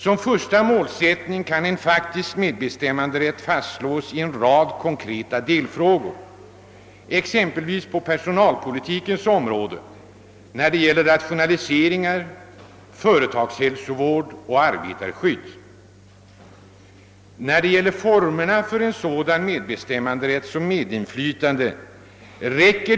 Som ett första mål kan en faktisk medbestämmanderätt fastslås i en rad konkreta delfrågor, exempelvis på personalpolitikens område, i fråga om rationaliseringar, företagshälsovård och arbetarskydd. När det gäller formerna för en sådan medbestämmanderätt och ett sådant medinflytande räcker.